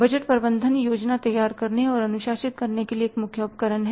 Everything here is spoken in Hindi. बजट प्रबंधन योजना तैयार करने और अनुशासित करने के लिए मुख्य उपकरण हैं